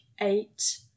eight